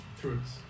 truths